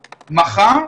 מחר,